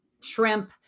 shrimp